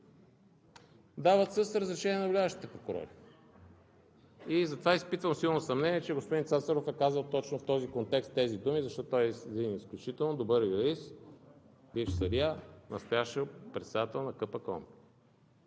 дават с разрешение на наблюдаващите прокурори. Затова изпитвам силно съмнение, че господин Цацаров е казал точно в този контекст тези думи, защото той е изключително добър юрист, бивш съдия, настоящ председател на КПКОНПИ.